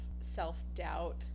self-doubt